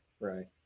Right